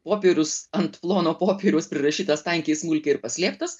popierius ant plono popieriaus prirašytas tankiai smulkiai ir paslėptas